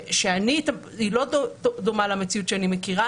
שהיא לא דומה למציאות שאני מכירה.